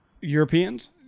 Europeans